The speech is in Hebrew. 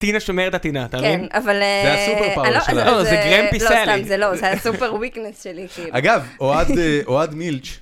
תינה שומרת הטינה, אתה מבין? כן, אבל... זה הסופר פאוור שלה, זה גרם פיסאלי. לא סתם, זה לא, זה היה הסופר ויקנס שלי. אגב, אוהד מילצ'